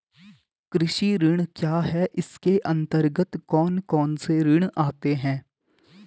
कृषि ऋण क्या है इसके अन्तर्गत कौन कौनसे ऋण आते हैं?